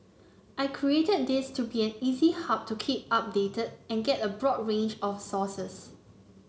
I created this to be an easy hub to keep updated and get a broad range of sources